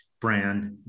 brand